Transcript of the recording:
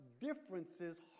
differences